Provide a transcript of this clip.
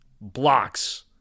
blocks